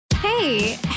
Hey